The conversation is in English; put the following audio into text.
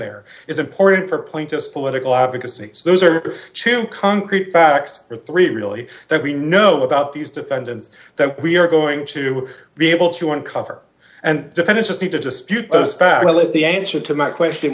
there is important for plaintiffs political advocacy so those are two concrete facts or three really that we know about these defendants that we are going to be able to uncover and defend is the dispute speculate the answer to that question